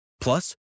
Plus